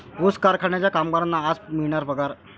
ऊस कारखान्याच्या कामगारांना आज मिळणार पगार